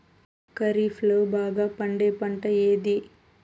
ఖరీఫ్ లో బాగా పండే పంట ఏది?